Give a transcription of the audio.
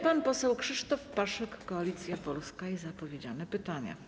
Pan poseł Krzysztof Paszyk, Koalicja Polska, i zapowiedziane pytania.